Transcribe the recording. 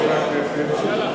חברי הכנסת,